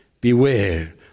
beware